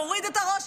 נוריד את הראש,